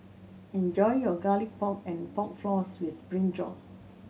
enjoy your Garlic Pork and Pork Floss with Brinjal